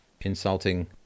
insulting